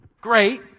great